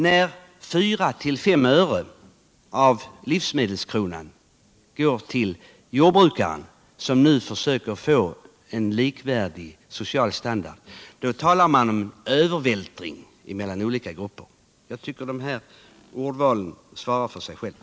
När 4-5 öre av livsmedelskronan går till jordbrukaren, som nu försöker få en likvärdig social standard, talar man om övervältring av kostnader från producenter på konsumenterna. Jag tycker ett sådant ordval talar för sig självt.